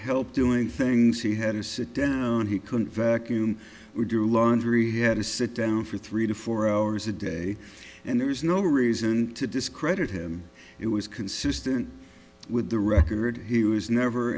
help doing things he had to sit down he couldn't vacuum do laundry he had to sit down for three to four hours a day and there's no reason to discredit him it was consistent with the record he was never